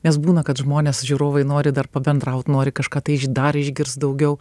nes būna kad žmonės žiūrovai nori dar pabendraut nori kažką tai dar išgirst daugiau